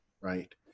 right